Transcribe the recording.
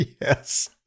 yes